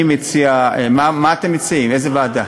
אני מציע, מה אתם מציעים, איזה ועדה?